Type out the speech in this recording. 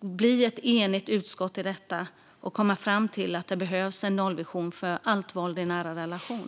bli ett enigt utskott i detta och komma fram till att det behövs en nollvision för allt våld i nära relation?